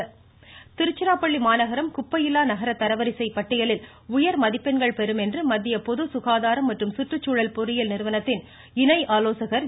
திருச்சி திருச்சிராப்பள்ளி மாநகரம் குப்பையில்லா நகர தரவரிசைப் பட்டியலில் உயர் மதிப்பெண்கள் பெறும் என்று மத்திய பொதுசுகாதாரம் மற்றும் சுற்றுச்சூழல் பொறியியல் நிறுவனத்தின் இணை ஆலோசகர் திரு